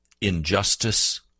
injustice